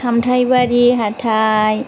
सामथायबारि हाथाइ